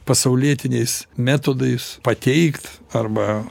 pasaulietiniais metodais pateikt arba